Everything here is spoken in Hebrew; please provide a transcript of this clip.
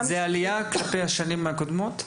משפחתית --- זה עלייה כלפי השנים הקודמות?